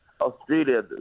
Australia